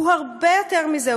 הוא הרבה יותר מזה,